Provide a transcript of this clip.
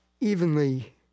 evenly